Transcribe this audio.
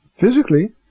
Physically